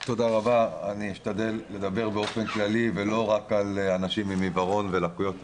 הטיוטה מתגלגלת מ-2013 וכבר אושרה על ידי שני שרי אוצר קודמים.